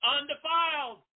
undefiled